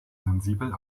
sensibel